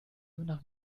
nach